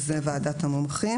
שזה ועדת המומחים